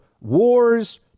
wars